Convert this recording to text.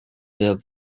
build